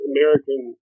American